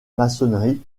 maçonnerie